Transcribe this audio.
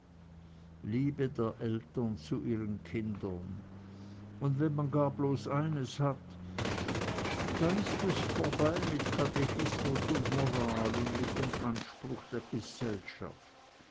liebe der eltern zu ihren kindern und wenn man gar bloß eines hat dann ist es vorbei mit katechismus und moral und mit dem anspruch der gesellschaft